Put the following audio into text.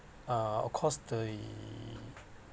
uh of course the